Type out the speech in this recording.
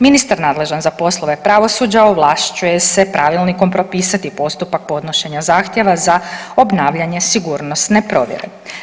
Ministar nadležna za poslove pravosuđa ovlašćuje se pravilnikom propisati postupak podnošenja zahtjeva za obnavljanje sigurnosne provjere.